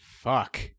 Fuck